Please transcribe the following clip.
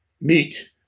meet